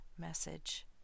message